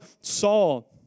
Saul